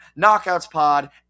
Knockoutspod